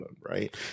right